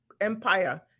empire